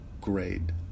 grade